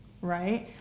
right